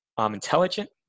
intelligent